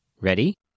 Ready